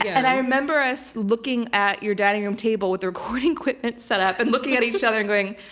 and i remember us looking at your dining room table with recording equipment set up, and looking at each other and going,